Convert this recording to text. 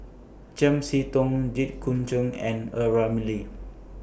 Chiam See Tong Jit Koon Ch'ng and A Ramli